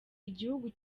igihugu